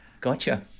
Gotcha